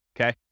Okay